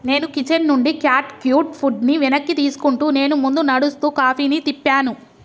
నేను కిచెన్ నుండి cat cute ఫుడ్ని వెనక్కి తీసుకుంటూ నేను ముందు నడుస్తూ కాఫీని తిప్పాను